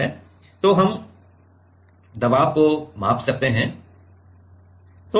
तो हम दबाव को माप सकते हैं